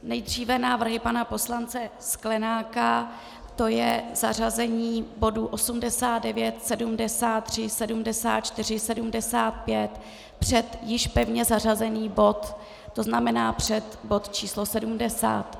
Nejdříve návrhy pana poslance Sklenáka, to je zařazení bodů 89, 73, 74, 75 před již pevně zařazený bod, to znamená před bod číslo 70.